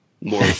more